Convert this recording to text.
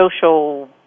social